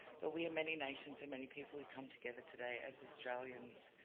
but we are many nations and many people who come together today as australians.